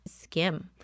skim